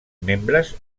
membres